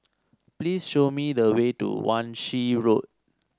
please show me the way to Wan Shih Road